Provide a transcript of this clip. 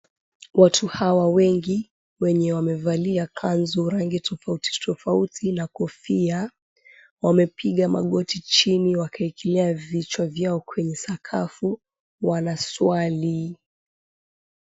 Watu hawa wwngi wenye wamevalia kanzu rangi tofauti tofauti na kofia wamepiga maagoti chini wakaekelea vichwa vyao kwenye sakafu wanaswali.